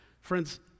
Friends